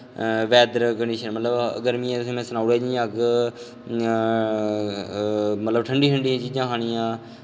weather condition मतलब गर्मियें च में सनाई ओड़ेआ जि'यां केह् मतलब ठंडियां ठंडियां चीजां खानियां